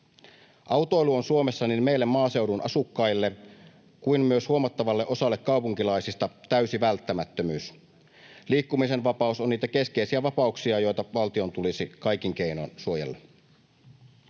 Autoilu on Suomessa niin meille maaseudun asukkaille kuin myös huomattavalle osalle kaupunkilaisista täysi välttämättömyys. Liikkumisen vapaus on niitä keskeisiä vapauksia, joita valtion tulisi kaikin keinoin suojella.